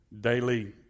daily